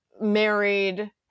married